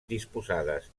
disposades